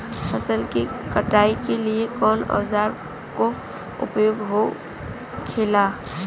फसल की कटाई के लिए कवने औजार को उपयोग हो खेला?